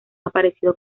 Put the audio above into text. aparecido